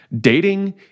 Dating